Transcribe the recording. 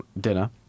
dinner